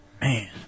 Man